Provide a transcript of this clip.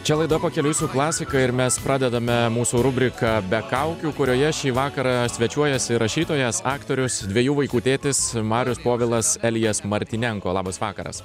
čia laida pakeliui su klasika ir mes pradedame mūsų rubriką be kaukių kurioje šį vakarą svečiuojasi rašytojas aktorius dviejų vaikų tėtis marius povilas elijas martynenko labas vakaras